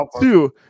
Two